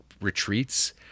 retreats